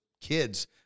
kids